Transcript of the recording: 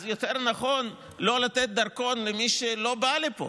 אז יותר נכון לא לתת דרכון למי שלא בא לפה